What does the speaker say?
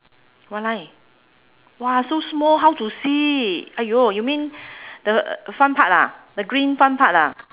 what line !wah! so small how to see !aiyo! you mean the front part ah the green front part ah